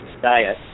diet